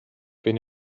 been